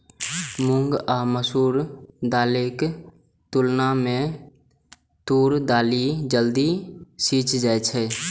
मूंग आ मसूर दालिक तुलना मे तूर दालि जल्दी सीझ जाइ छै